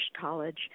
college